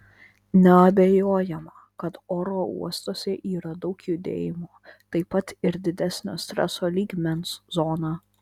neabejojama kad oro uostuose yra daug judėjimo taip pat ir didesnio streso lygmens zona